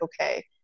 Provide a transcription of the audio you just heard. okay